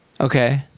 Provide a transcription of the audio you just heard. Okay